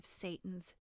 Satan's